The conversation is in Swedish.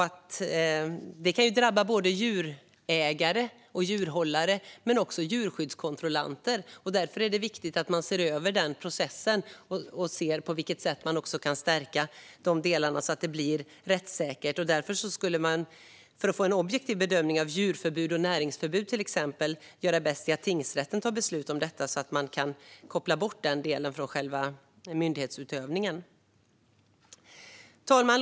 Annars kan såväl djurägare och djurhållare som djurskyddskontrollanter drabbas, och därför är det viktigt att man ser över processen och tittar på hur man kan stärka dessa delar så att det blir rättssäkert. För att få en objektiv bedömning i exempelvis ärenden som gäller djurförbud och näringsförbud vore det därför bäst att tingsrätten fattar beslut, så att den delen kan kopplas bort från myndighetsutövningen. Fru talman!